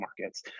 markets